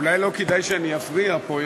אולי לא כדאי שאני אפריע פה,